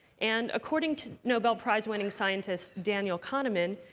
and according to nobel prize-winning scientist daniel kahneman,